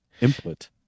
input